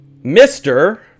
mr